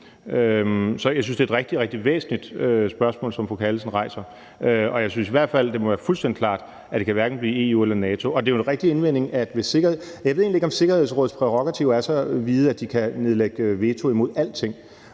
Så jeg synes, det er et rigtig, rigtig væsentligt spørgsmål, som fru Anne Sophie Callesen rejser. Og jeg synes i hvert fald, det må være fuldstændig klart, at det hverken kan blive EU eller NATO. Og det er jo en rigtig indvending i forhold til Sikkerhedsrådet – jeg ved egentlig ikke, om Sikkerhedsrådets prærogativer er så vide, at de kan nedlægge veto imod alting,